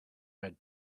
red